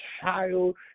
child